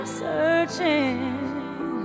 searching